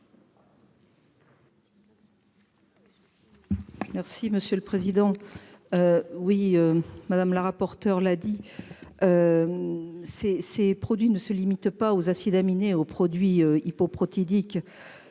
Merci monsieur le président. Oui. Madame la rapporteure là dit. Ces, ces produits ne se limite pas aux acides aminés aux produits il faut prothétiques.